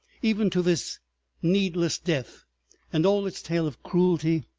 even to this needless death and all its tale of cruelty,